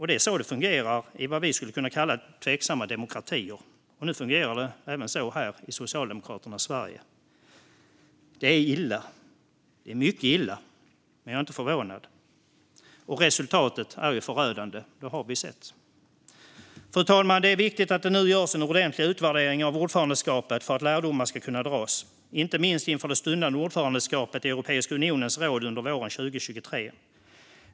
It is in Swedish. Det är så det fungerar i vad vi skulle kunna kalla tveksamma demokratier, och nu fungerar det så även här i Socialdemokraternas Sverige. Det är illa. Det är mycket illa. Men jag är inte förvånad. Resultatet är ju förödande; det har vi sett. Fru talman! Det är viktigt att det nu görs en ordentlig utvärdering av ordförandeskapet för att lärdomar ska kunna dras, inte minst inför det stundande ordförandeskapet i Europeiska unionens råd under våren 2023.